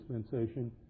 dispensation